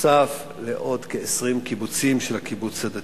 בנוסף לכ-20 קיבוצים של הקיבוץ הדתי.